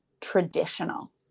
traditional